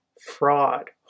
Fraud